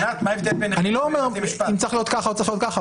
אני לא אומר אם צריך להיות כך או כך,